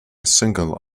single